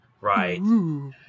Right